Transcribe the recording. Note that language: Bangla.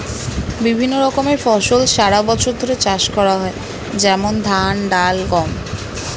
বিভিন্ন রকমের ফসল সারা বছর ধরে চাষ করা হয়, যেমন ধান, ডাল, গম